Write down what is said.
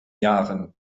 jahren